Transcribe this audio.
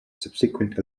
subsequent